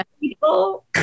people